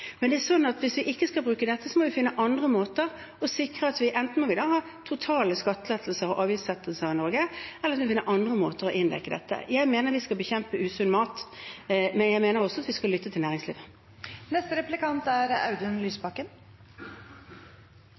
hvis vi ikke skal bruke dette, må vi finne andre måter – enten må vi da ha totale skattelettelser og avgiftslettelser i Norge, eller så må vi finne andre måter å dekke inn dette på. Jeg mener vi skal bekjempe usunn mat, men jeg mener også at vi skal lytte til næringslivet. Velferdsstaten er